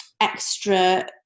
extra